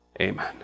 Amen